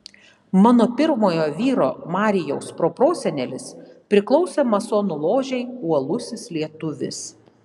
mano pirmojo vyro marijaus proprosenelis priklausė masonų ložei uolusis lietuvis